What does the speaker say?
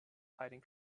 hiding